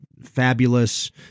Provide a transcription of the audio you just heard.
fabulous